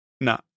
No